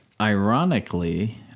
ironically